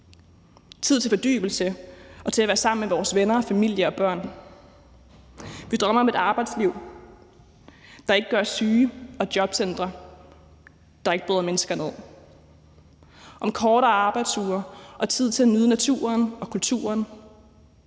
tid til fordybelse og tid til at være sammen med vores venner og familie og børn. Vi drømmer om et arbejdsliv, der ikke gør os syge, og jobcentre, der ikke bryder mennesker ned, om kortere arbejdsuger og tid til at nyde naturen og kulturen,